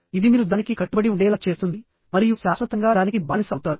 ఇది మీరు దానికి కట్టుబడి ఉండేలా చేస్తుంది మరియు శాశ్వతంగా దానికి బానిస అవుతారు